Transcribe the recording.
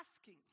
asking